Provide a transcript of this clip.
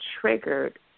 triggered